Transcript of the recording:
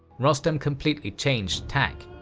rostam completely changed tack.